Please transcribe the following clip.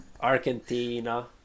Argentina